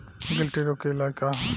गिल्टी रोग के इलाज का ह?